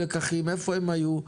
איפה הם היו,